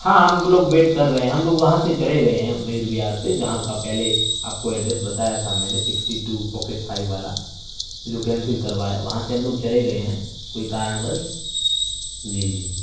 ہاں ہم لوگ ویٹ کر رہے ہیں ہم لوگ وہاں سے چلے گئے ہیں میور وہار سے جہاں کا پہلے آپ کو ایڈریس بتایا تھا میں نے سکسٹی ٹو پاکیٹ فائیو والا جو کینسل کروایا وہاں سے ہم لوگ چلے گئے ہیں کوئی کارن وش جی جی